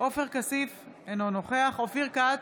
עופר כסיף, אינו נוכח אופיר כץ,